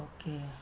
Okay